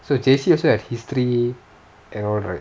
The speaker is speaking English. so J_C also have history and all right